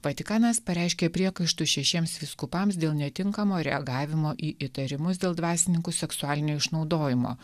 vatikanas pareiškė priekaištus šešiems vyskupams dėl netinkamo reagavimo į įtarimus dėl dvasininkų seksualinio išnaudojimo